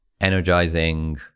energizing